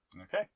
Okay